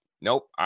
nope